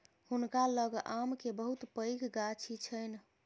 हुनका लग आम के बहुत पैघ गाछी छैन